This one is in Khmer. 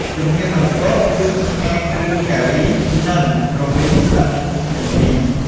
ជំហានបន្ទាប់គឺ ឆាគ្រឿងការី និងរំលីងឆ្អឹងជំនី។